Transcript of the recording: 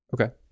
Okay